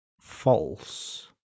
false